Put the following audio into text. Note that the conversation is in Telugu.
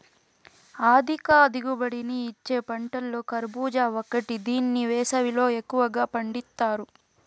అధిక దిగుబడిని ఇచ్చే పంటలలో కర్భూజ ఒకటి దీన్ని వేసవిలో ఎక్కువగా పండిత్తారు